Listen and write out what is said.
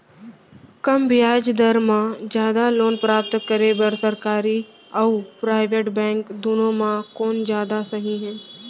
कम ब्याज दर मा जादा लोन प्राप्त करे बर, सरकारी अऊ प्राइवेट बैंक दुनो मा कोन जादा सही हे?